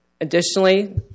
Additionally